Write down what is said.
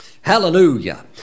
Hallelujah